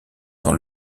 dans